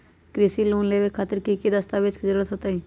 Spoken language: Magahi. कृषि लोन लेबे खातिर की की दस्तावेज के जरूरत होतई?